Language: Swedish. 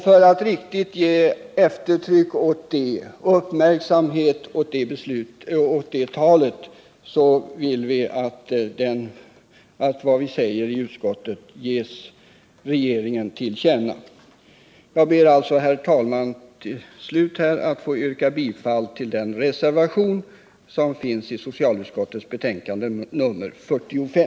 För att riktigt ge uppmärksamhet åt detta vill vi att vad vi säger i utskottet ges regeringen till känna. Jag ber, herr talman, till slut att få yrka bifall till den reservation som finns i socialutskottets betänkande nr 45.